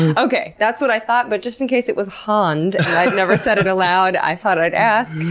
okay. that's what i thought. but just in case it was hond i never said it aloud. i thought i'd ask.